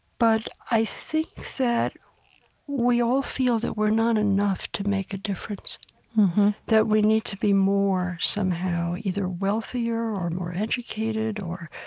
but i think that we all feel that we're not enough to make a difference that we need to be more, somehow, either wealthier or more educated or,